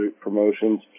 promotions